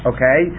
Okay